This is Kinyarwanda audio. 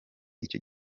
icyo